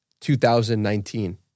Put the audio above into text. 2019